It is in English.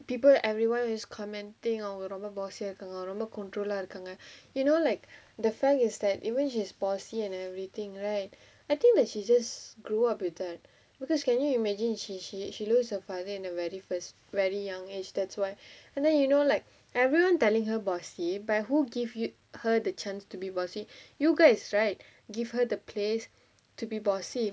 people everyone is commenting அவங்க ரொம்ப:avanga romba bossy ah இருக்காங்க அவங்க ரொம்ப:irukkaanga avanga romba control ah இருக்காங்க:irukkaanga you know like the fact is that even she is bossy and everything right I think that she just grew up with that because can you imagine she she lose her father in a firs~ very young age that's why and then you know like everyone telling her bossy but who give you her the right to be be bossy you guys right give her the place to be bossy